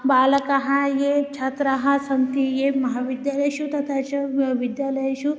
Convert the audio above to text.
बालकाः ये छात्राः सन्ति ये महाविद्यालयेषु तथा च विद्यालयेषु